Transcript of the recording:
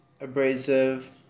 abrasive